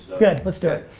good, let's do it.